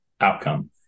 outcome